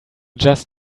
just